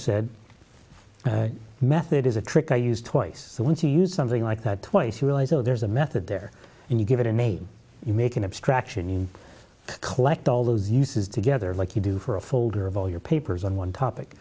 said method is a trick i used twice so once you use something like that twice you realize oh there's a method there and you give it a name you make an abstraction and collect all those uses together like you do for a folder of all your papers on one topic